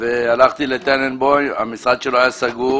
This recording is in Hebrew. הלכתי לטננבוים, המשרד שלו היה סגור